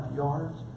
yards